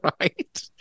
Right